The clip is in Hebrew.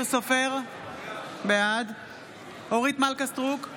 בעד אורית מלכה סטרוק,